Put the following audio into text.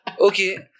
Okay